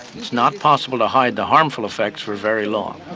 it's not possible to hide the harmful effects for very long.